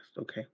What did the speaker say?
Okay